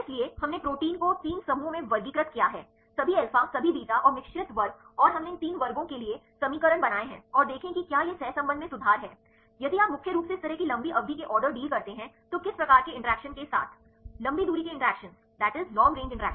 इसलिए हमने प्रोटीन को 3 समूहों में वर्गीकृत किया है सभी अल्फा सभी बीटा और मिश्रित वर्ग और हमने इन 3 वर्गों के लिए समीकरण बनाए हैं और देखें कि क्या यह सहसंबंध में सुधार है यदि आप मुख्य रूप से इस तरह की लंबी अवधि के ऑर्डर डील करते हैं तो किस प्रकार के इंटरैक्शन के साथ लंबी दूरी की इंटरेक्शन्स